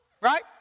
right